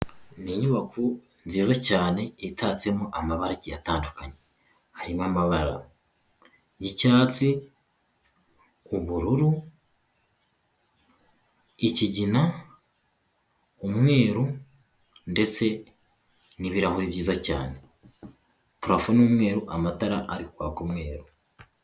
Ni inyubako nziza cyane itatsemo amabaki atandukanye, harimo amabara y'icyatsi, ubururu ikigina umweru ndetse n'ibirahure byiza cyane parafo n'umweru, amatara ari kwaka umweru.